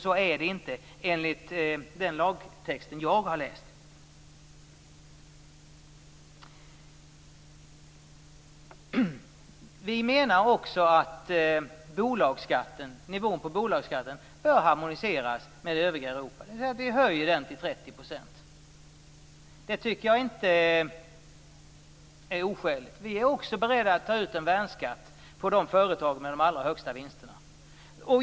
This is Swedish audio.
Så är det inte enligt den lagtext jag har läst. Vi menar också att nivån på bolagsskatten bör harmoniseras med de nivåer som råder i övriga Europa. Vi höjer den till 30 %. Det tycker jag inte är oskäligt. Vi är också beredda att ta ut en värnskatt på de företag som gör de allra högsta vinsterna.